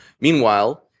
Meanwhile